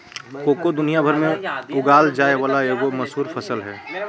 cocoa दुनिया भर में उगाल जाय वला एगो मशहूर फसल हइ